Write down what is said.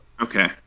Okay